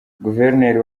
guverineri